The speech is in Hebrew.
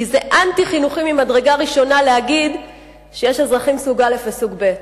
כי זה אנטי-חינוכי ממדרגה ראשונה להגיד שיש אזרחים סוג א' וסוג ב'.